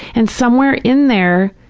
and somewhere in there,